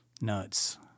nuts